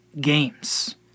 games